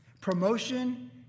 promotion